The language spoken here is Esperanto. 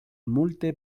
multe